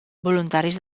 voluntaris